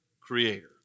creator